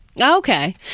Okay